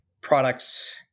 products